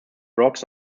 rocks